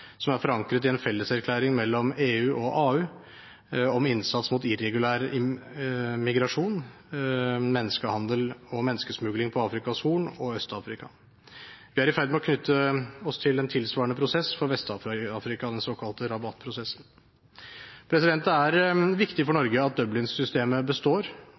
som er forankret i en felleserklæring mellom EU og AU om innsats mot irregulær migrasjon, menneskehandel og menneskesmugling på Afrikas Horn og i Øst-Afrika. Vi er i ferd med å knytte oss til en tilsvarende prosess for Vest-Afrika, den såkalte Rabat-prosessen. Det er viktig for Norge at Dublin-systemet består